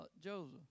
Joseph